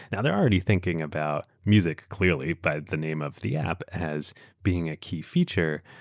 now they're already thinking about music clearly, but the name of the app as being a key feature,